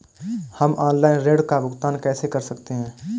हम ऑनलाइन ऋण का भुगतान कैसे कर सकते हैं?